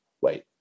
Wait